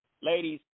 ladies